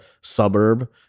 suburb